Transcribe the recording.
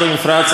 לגז.